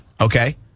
okay